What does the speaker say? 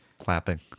clapping